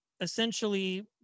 essentially